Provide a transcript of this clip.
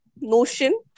notion